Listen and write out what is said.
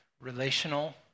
relational